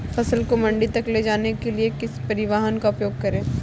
फसल को मंडी तक ले जाने के लिए किस परिवहन का उपयोग करें?